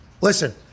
listen